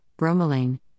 bromelain